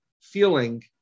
feeling